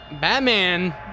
Batman